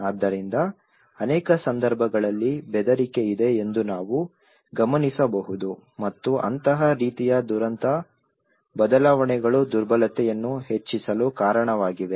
ಆದ್ದರಿಂದ ಅನೇಕ ಸಂದರ್ಭಗಳಲ್ಲಿ ಬೆದರಿಕೆ ಇದೆ ಎಂದು ನಾವು ಗಮನಿಸಬಹುದು ಮತ್ತು ಅಂತಹ ರೀತಿಯ ದುರಂತ ಬದಲಾವಣೆಗಳು ದುರ್ಬಲತೆಯನ್ನು ಹೆಚ್ಚಿಸಲು ಕಾರಣವಾಗಿವೆ